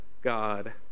God